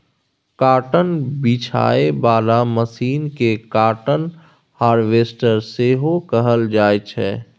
cotton बीछय बला machine केँ काँटन हार्वेस्टर सेहो कहल जाइ छै